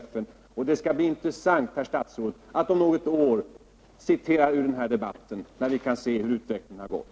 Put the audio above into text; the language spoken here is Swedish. Det skall bli intressant, herr statsråd, att om något år citera ur den här debatten, när vi kan se hur utvecklingen har gått.